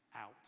out